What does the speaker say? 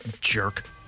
Jerk